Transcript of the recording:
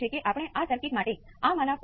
હું શું કરી શકું